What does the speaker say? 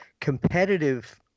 competitive